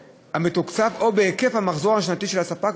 המתוקצב או בהיקף המחזור השנתי של הספק,